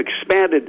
expanded